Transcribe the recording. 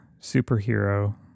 superhero